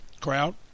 crowd